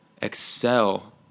excel